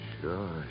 Sure